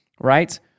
right